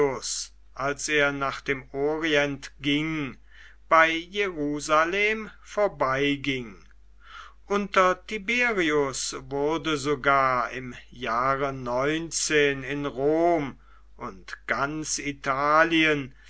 als er nach dem orient ging bei jerusalem vorbeiging unter tiberius wurde sogar im jahre in rom und ganz italien